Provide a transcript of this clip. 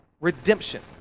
redemption